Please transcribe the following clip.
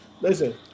listen